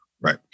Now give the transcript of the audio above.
Right